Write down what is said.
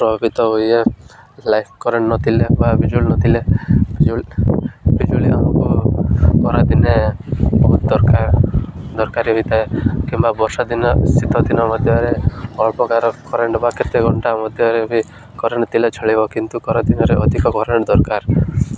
ପ୍ରଭାବିତ ହୁଏ life current ନଥିଲେ ବା ବିଜୁଳି ନଥିଲେ ବିଜୁଳି ବିଜୁଳି ଆମକୁ ଖରାଦିନେ ବହୁତ ଦରକାର ଦରକାର ବିଥାଏ କିମ୍ବା ବର୍ଷା ଦିନ ଶୀତ ଦିନ ମଧ୍ୟରେ ଅଳ୍ପକାର କରେଣ୍ଟ ବା କେତେ ଘଣ୍ଟା ମଧ୍ୟରେ ବି କରେଣ୍ଟ ଥିଲେ ଚଳିବ କିନ୍ତୁ ଖରାଦିନରେ ଅଧିକ କରେଣ୍ଟ ଦରକାର